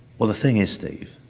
well the thing is steve.